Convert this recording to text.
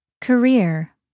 Career